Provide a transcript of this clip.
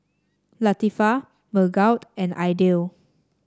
Latifa Megat and Aidil